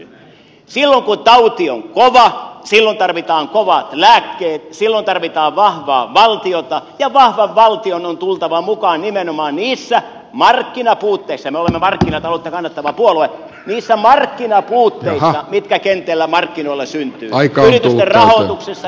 silloin kun tauti on kova silloin tarvitaan kovat lääkkeet silloin tarvitaan vahvaa valtiota ja vahvan valtion on tultava mukaan nimenomaan niissä markkinapuutteissa me olemme markkinataloutta kannattava puolue niissä markkinapuutteissa joita kentällä markkinoilla syntyy yritysten rahoituksessa